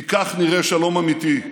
כי כך נראה שלום אמיתי: